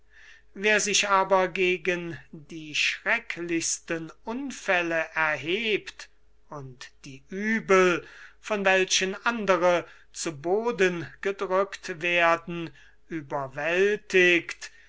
wer sich aber gegen sie schrecklichsten unfälle erhebt und die uebel von welchen andere zu boden gedrückt werden überwältigt